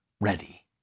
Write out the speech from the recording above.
ready